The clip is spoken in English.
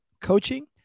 coaching